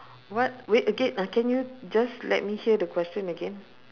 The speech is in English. what wait again uh can you just let me hear the question again